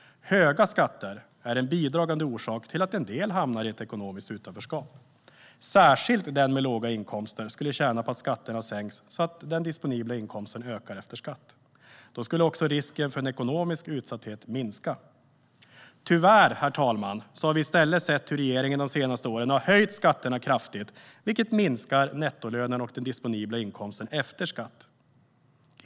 Höga skatter är en bidragande orsak till att en del hamnar i ett ekonomiskt utanförskap. Särskilt den med låga inkomster skulle tjäna på att skatterna sänks så att den disponibla inkomsten ökar efter skatt. Då skulle också risken för en ekonomisk utsatthet minska. Herr talman! Tyvärr har vi i stället sett hur regeringen under de senaste åren har höjt skatterna kraftigt, vilket minskar nettolönen och den disponibla inkomsten efter skatt.